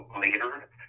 later